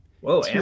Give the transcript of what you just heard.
Whoa